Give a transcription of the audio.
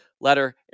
letter